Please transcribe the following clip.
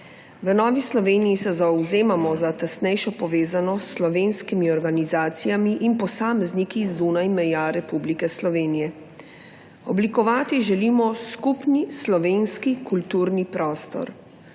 V Novi Sloveniji se zavzemamo za tesnejše povezanost s slovenskimi organizacijami in posamezniki zunaj meja Republike Slovenije. Oblikovati želimo skupni slovenski kulturni prostor.